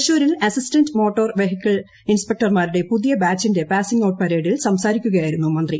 തൃശൂരിൽ assistant motor vehicle ഇൻസ്പെക്ടർമാരുടെ പുതിയ ബാച്ചിന്റെ പാസിംഗ് ഔട്ട് പരേഡിൽ സംസാരിക്കുകയായിരുന്നു മന്ത്രി